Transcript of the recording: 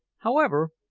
however,